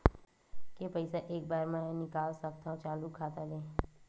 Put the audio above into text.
के पईसा एक बार मा मैं निकाल सकथव चालू खाता ले?